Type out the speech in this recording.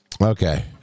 Okay